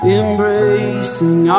embracing